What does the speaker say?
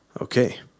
Okay